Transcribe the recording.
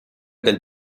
del